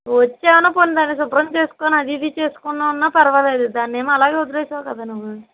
వచ్చి ఏమైనా పోనీ దాన్ని శుభ్రం చేసుకుని అది ఇది చేసుకుందాము అన్నా పర్వాలేదు దాన్నేమో అలాగే వదిలేసావు కదా నువ్వు